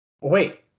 Wait